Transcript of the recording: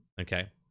okay